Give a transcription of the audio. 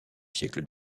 siècle